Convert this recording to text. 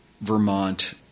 Vermont